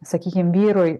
sakykim vyrui